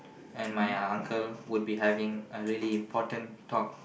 and my uncle would be having a really important talk